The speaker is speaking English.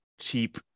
cheap